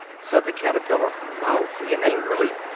said the caterpillar loudly and angrily,